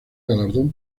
galardón